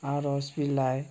आरज बिलाइ